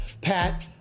Pat